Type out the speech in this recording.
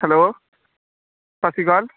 hello ਸਤਿ ਸ਼੍ਰੀ ਅਕਾਲ